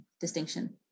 distinction